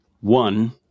one